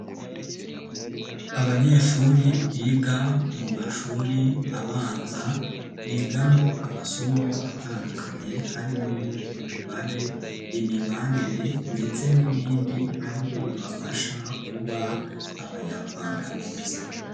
Abanyeshuri biga mu mashuri abanza bigamo amasomo atandukanye, harimo imibare, imibanire ndetse n'ibindi aribyo bibafasha kuba abanyarwanda beza.